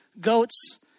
goats